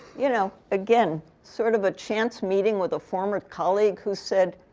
you know again, sort of a chance meeting with a former colleague who said,